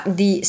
di